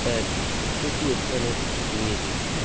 এক উঁচু স্থানে নিয়ে গিয়েছিলেন